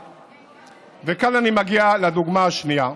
וכאן אני מגיע לדוגמה השנייה.